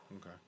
Okay